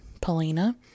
Paulina